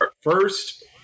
first